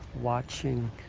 watching